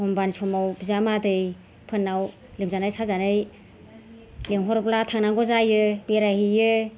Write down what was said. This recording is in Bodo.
एखमब्लानि समाव बिजामादै फोरनाव लोमजानाय साजानाय लिंहरब्ला थांनांगौ जायो बेरायहैयो